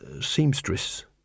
seamstress